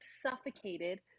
suffocated